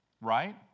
Right